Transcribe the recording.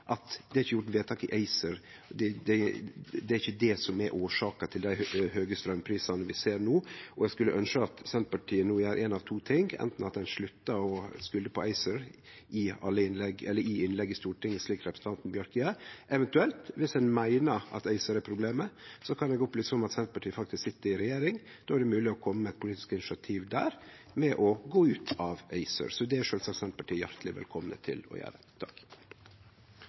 vedtak i ACER som er årsaka til dei høge straumprisane vi ser no. Eg skulle ønskje at Senterpartiet no gjer éin av to ting: Anten at ein sluttar å skulde på ACER i innlegg i Stortinget, slik representanten Bjørke gjer. Eventuelt: Viss ein meiner at ACER er problemet, kan eg opplyse om at Senterpartiet faktisk sit i regjering. Då er det mogleg å kome med eit politisk initiativ der om å gå ut av ACER. Det er sjølvsagt Senterpartiet hjarteleg velkomne til å gjere.